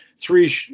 three